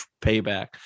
payback